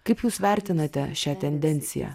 kaip jūs vertinate šią tendenciją